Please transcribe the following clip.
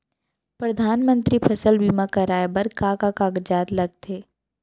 परधानमंतरी फसल बीमा कराये बर का का कागजात लगथे?